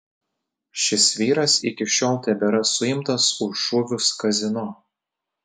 šis vyras iki šiol tebėra suimtas už šūvius kazino